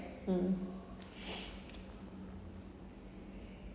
mm